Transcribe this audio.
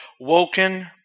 Woken